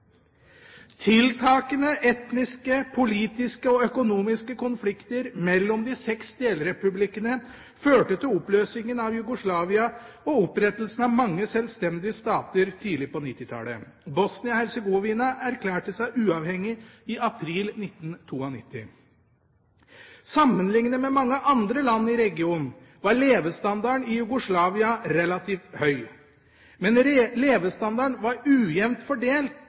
Tiltakende etniske, politiske og økonomiske konflikter mellom de seks delrepublikkene førte til oppløsningen av Jugoslavia og opprettelsen av mange selvstendige stater tidlig på 1990-tallet. Bosnia-Hercegovina erklærte seg uavhengig i april 1992. Sammenlignet med mange andre land i regionen var levestandarden i Jugoslavia relativt høy, men levestandarden var ujevnt fordelt